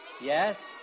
Yes